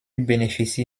bénéficie